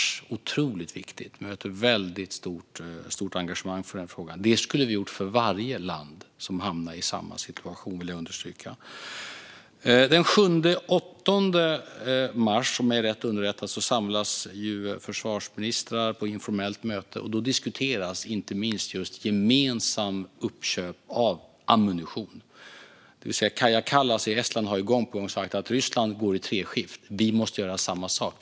Det är ett otroligt viktigt möte, och det finns ett väldigt stort engagemang för den frågan. Detta skulle vi ha gjort för varje land som hamnade i samma situation, vill jag understryka. Den 7-8 mars, om jag är rätt underrättad, samlas EU:s försvarsministrar till informellt möte, och då diskuteras inte minst just gemensamma uppköp av ammunition. Kaja Kallas i Estland har gång på gång sagt att Ryssland går i treskift och att vi måste göra samma sak.